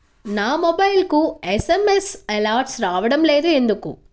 నా మొబైల్కు SMS alerts రావడం లేదు ఎందుకు?